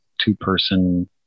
two-person